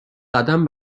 قدم